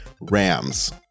Rams